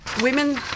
Women